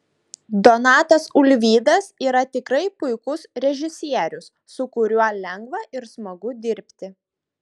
donatas ulvydas yra tikrai puikus režisierius su kuriuo lengva ir smagu dirbti